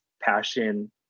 passion